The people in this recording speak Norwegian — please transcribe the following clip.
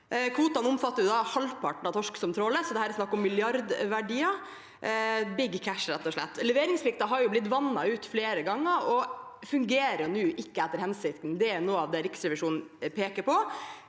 Kvotene omfatter halvparten av torsk som tråles, og det er snakk om milliardverdier – «big cash», rett og slett. Leveringsplikten har blitt vannet ut flere ganger og fungerer nå ikke etter hensikten. Det er noe av det Riksrevisjonen peker på.